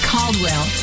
Caldwell